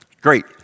great